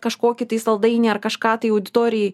kažkokį tai saldainį ar kažką tai auditorijai